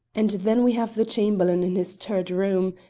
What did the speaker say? and then we have the chamberlain in his turret room,